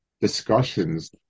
discussions